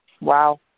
Wow